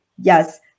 yes